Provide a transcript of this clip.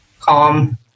calm